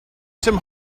some